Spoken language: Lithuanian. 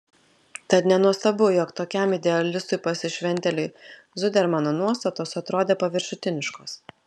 tad nenuostabu jog tokiam idealistui pasišventėliui zudermano nuostatos atrodė paviršutiniškos